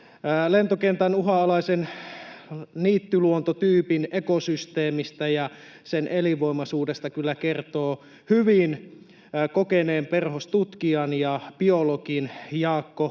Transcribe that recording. Lentokentän uhanalaisen niittyluontotyypin ekosysteemistä ja sen elinvoimaisuudesta kyllä kertovat hyvin kokeneen perhostutkijan ja biologin Jaakko